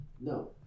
No